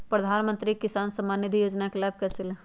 प्रधानमंत्री किसान समान निधि योजना का लाभ कैसे ले?